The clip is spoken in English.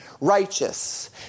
righteous